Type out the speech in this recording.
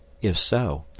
if so,